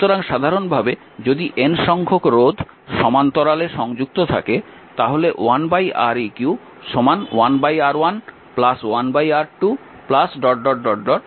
সুতরাং সাধারণভাবে যদি N সংখ্যক রোধ সমান্তরালে সংযুক্ত থাকে তাহলে 1Req 1R1 1R2 1RN পর্যন্ত